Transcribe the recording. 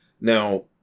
Now